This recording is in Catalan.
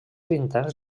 intern